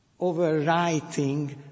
overwriting